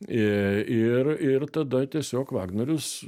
i ir ir tada tiesiog vagnorius